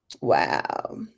Wow